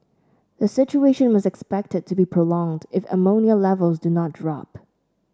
the situation was expected to be prolonged if ammonia Levels do not drop